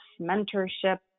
mentorship